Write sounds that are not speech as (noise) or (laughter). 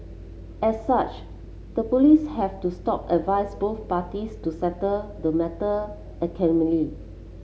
as such the police have to stop advised both parties to settle the matter (unintelligible)